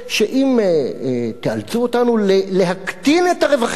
שאם יאלצו אותם להקטין את הרווחים,